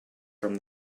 from